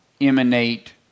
emanate